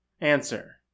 Answer